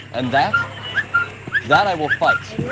and that that i will fight